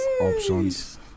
Options